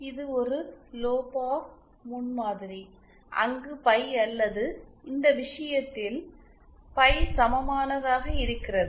இது ஒரு லோபாஸ் முன்மாதிரி அங்கு பை அல்லது இந்த விஷயத்தில் பை சமமானதாக இருக்கிறது